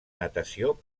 natació